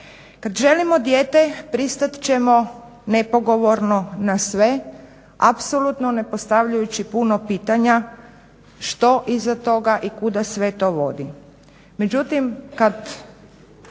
Kad želimo dijete pristat ćemo nepogovorno na sve, apsolutno ne postavljajući puno pitanja što iza toga i kuda sve to vodi. Međutim, kad